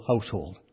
household